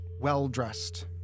well-dressed